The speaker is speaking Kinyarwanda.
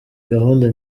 gahunda